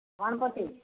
Ganapati